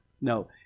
No